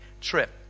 trip